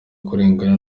kurengera